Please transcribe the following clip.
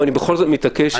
אני בכל זאת מתעקש.